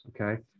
okay